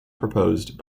proposed